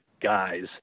guys